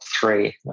three